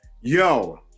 yo